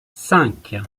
cinq